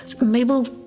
Mabel